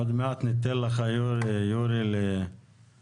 עוד מעט ניתן לך יורי להגיב.